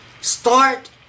start